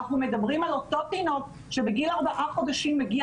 ואנחנו מדברים על אותו תינוק שבגיל ארבעה חודשים מגיע